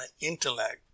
intellect